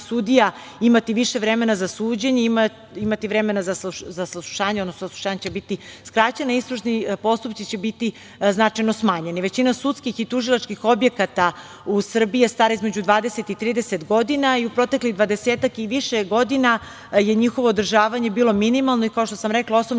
sudija imati više vremena za suđenje, imati vremena za saslušanje, odnosno saslušanja će biti skraćena i istražni postupci će biti značajno smanjeni. Većina sudskih i tužilačkih objekata u Srbiji je stara između 20 i 30 godina i u proteklih dvadesetak i više godina je njihovo održavanje bilo minimalno i, kao što sam rekla, Osnovni